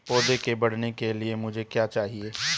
पौधे के बढ़ने के लिए मुझे क्या चाहिए?